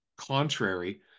contrary